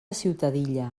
ciutadilla